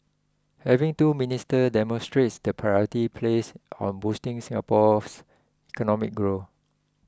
having two ministers demonstrates the priority placed on boosting Singapore's economic growth